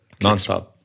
nonstop